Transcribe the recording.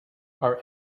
are